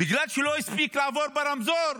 בגלל שלא הספיק לעבור ברמזור,